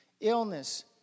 Illness